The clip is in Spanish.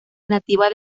nativa